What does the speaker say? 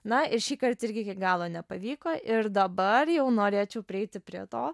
na ir šįkart irgi iki galo nepavyko ir dabar jau norėčiau prieiti prie to